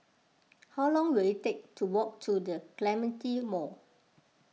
how long will it take to walk to the Clementi Mall